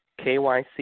KYC